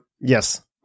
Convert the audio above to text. Yes